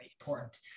important